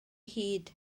hid